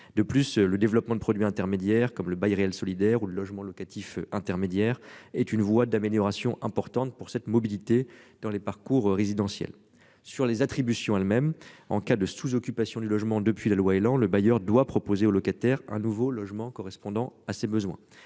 De plus, le développement de produits intermédiaires comme le bail réel solidaire ou le logement locatif intermédiaire est une voie d'amélioration importante pour cette mobilité dans les parcours résidentiel sur les attributions elle-même en cas de sous occupation du logement depuis la loi Elan, le bailleur doit proposer aux locataires. Un nouveau logement correspondant à ses besoins